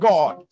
God